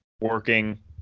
working